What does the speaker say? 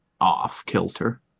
off-kilter